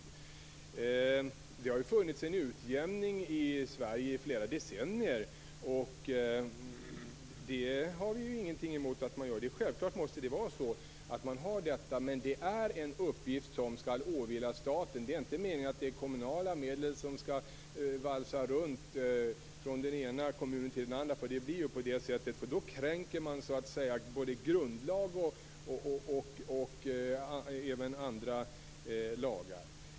Det har ju funnits en utjämning i Sverige i flera decennier. Men det är en uppgift som skall åvila staten. Det är inte meningen att de kommunala medlen skall valsa runt från den ena kommunen till den andra. Då kränker man både grundlag och andra lagar.